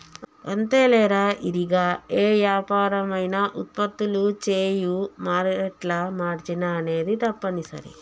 అంతేలేరా ఇరిగా ఏ యాపరం అయినా ఉత్పత్తులు చేయు మారేట్ల మార్చిన అనేది తప్పనిసరి